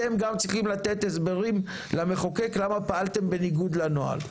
אתם גם צריכים לתת הסברים למחוקק למה פעלתם בניגוד לנוהל.